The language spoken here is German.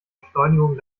beschleunigung